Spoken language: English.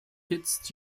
hits